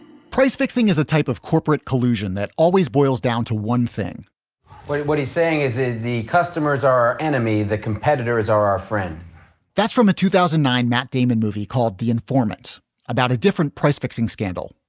price fixing is a type of corporate collusion that always boils down to one thing what what he's saying is is the customers are our enemy. the competitor is our our friend that's from a two thousand and nine matt damon movie called the informant about a different price fixing scandal,